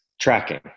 tracking